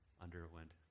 underwent